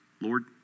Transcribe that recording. Lord